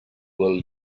will